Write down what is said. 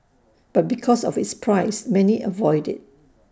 but because of its price many avoid IT